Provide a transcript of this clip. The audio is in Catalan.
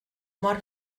mor